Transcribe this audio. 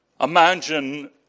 Imagine